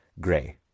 Gray